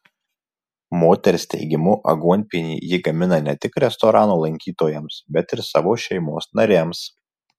moters teigimu aguonpienį ji gamina ne tik restorano lankytojams bet ir savo šeimos nariams